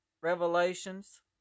revelations